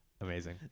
Amazing